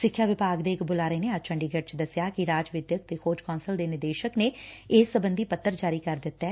ਸਿੱਖਿਆ ਵਿਭਾਗ ਦੇ ਇੱਕ ਬੁਲਾਰੇ ਨੇ ਅੱਜ ਚੰਡੀਗੜ ਚ ਦੱਸਿਆ ਕਿ ਰਾਜ ਵਿਦਿਅਕ ਤੇ ਖੋਜ ਕੌਂਸਲ ਦੇ ਨਿਦੇਸ਼ਕ ਨੇ ਇਸ ਸਬੰਧੀ ਪੱਤਰ ਜਾਰੀ ਕਰ ਦਿੱਤੈ